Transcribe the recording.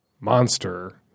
monster –